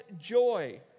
joy